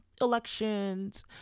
elections